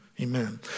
Amen